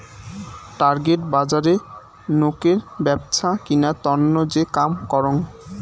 target বজারে নোকের ব্যপছা কিনার তন্ন যে কাম করং